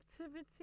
activity